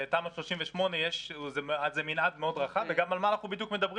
תמ"א 38 זה מנעד מאוד